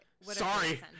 Sorry